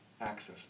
access